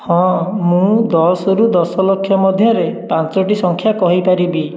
ହଁ ମୁଁ ଦଶରୁ ଦଶଲକ୍ଷ ମଧ୍ୟରେ ପାଞ୍ଚଟି ସଂଖ୍ୟା କହିପାରିବି